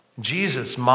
Jesus